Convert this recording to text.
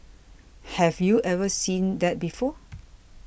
have you ever seen that before